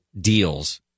deals